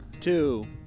two